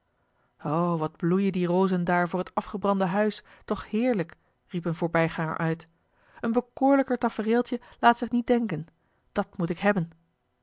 wat bloeien die rozen daar voor het afgebrande huis toch heerlijk riep een voorbijganger uit een bekoorlijker tafereeltje laat zich niet denken dat moet ik hebben